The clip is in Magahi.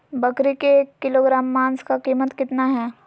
बकरी के एक किलोग्राम मांस का कीमत कितना है?